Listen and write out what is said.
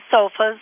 sofas